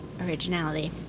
originality